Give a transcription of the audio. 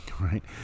right